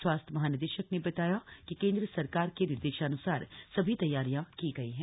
स्वास्थ्य महानिदेशक ने बताया कि केंद्र सरकार के निर्देशान्सार सभी तैयारियां की गई हैं